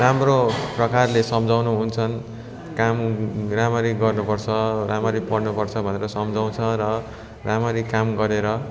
राम्रो प्रकारले सम्झाउनु हुन्छन् काम राम्ररी गर्नु पर्छ राम्रेरी पढ्नु पर्छ भनेर सम्झाउँछ र राम्ररी काम गरेर